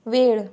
वेळ